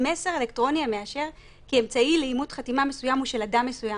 "מסר אלקטרוני המאשר כי אמצעי לאימות חתימה מסוים הוא של אדם מסוים".